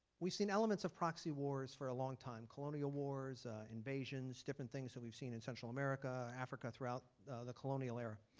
we've seen elements of proxy wars for a long time. colonial wars, invasions, different things that we've seen in central america, africa, throughout the colonial area.